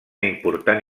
important